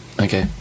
Okay